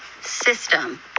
system